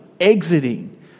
exiting